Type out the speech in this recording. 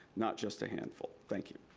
not just a handful. thank you.